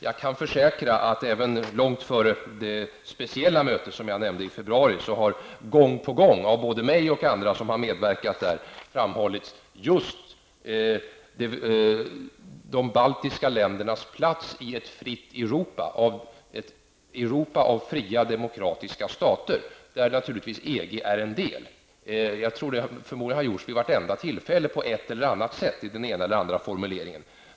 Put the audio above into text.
Jag kan försäkra att även långt före det speciella möte som jag nämnde i februari har gång på gång av både mig och andra som har medverkat där framhållits just de baltiska ländernas plats i ett fritt Europa, ett Europa av fria demokratiska stater där naturligtvis EG är en del. Förmodligen har det gjorts vid vartenda tillfälle på ett eller annat sätt med den ena eller andra formuleringen.